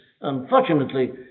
Unfortunately